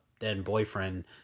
then-boyfriend